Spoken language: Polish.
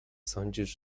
sądzisz